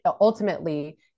ultimately